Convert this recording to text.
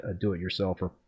do-it-yourselfer